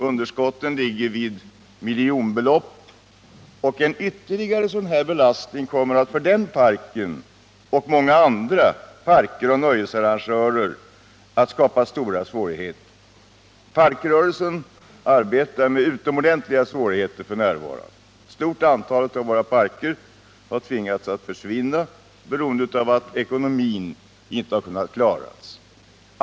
Underskottet uppgår till miljonbelopp. En ytterligare belastning av detta slag för den parken liksom för många andra parker och nöjesarrangörer kommer att skapa stora problem. Parkrörelsen arbetar f. n. under utomordentligt stora — Nr 43 svårigheter. Ett stort antal parker har tvingats upphöra med sin verksamhet på grund av att man inte har klarat ekonomin.